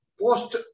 post